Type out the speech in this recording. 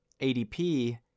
ADP